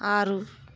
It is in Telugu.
ఆరు